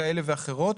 כאלה ואחרות,